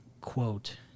quote